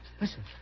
listen